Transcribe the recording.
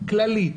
גם "כללית",